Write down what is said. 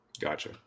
Gotcha